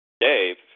Dave